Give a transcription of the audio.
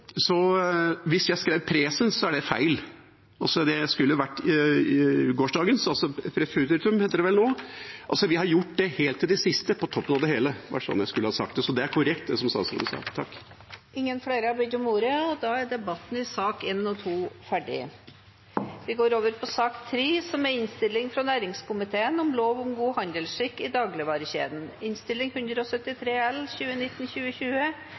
Hvis jeg snakket i presens, er det feil. Det skulle vært i fortid, altså preteritum, heter det vel. Vi har gjort det helt til det siste, på toppen av det hele. Det var sånn jeg skulle sagt det. Så det statsråden sa, er korrekt. Flere har ikke bedt om ordet til sakene nr. 1 og 2. Etter ønske fra næringskomiteen vil presidenten ordne debatten slik: 3 minutter til hver partigruppe og